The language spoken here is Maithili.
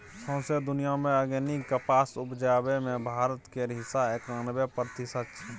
सौंसे दुनियाँ मे आर्गेनिक कपास उपजाबै मे भारत केर हिस्सा एकानबे प्रतिशत छै